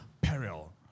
peril